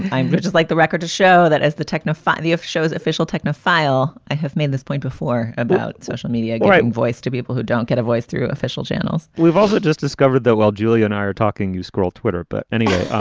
i'm just like the record to show that as the technophile, the f show's official technofile. i have made this point before about social media. great and voice to people who don't get a voice through official channels we've also just discovered that while julia and i are talking, you scroll twitter. but anyway,